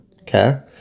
Okay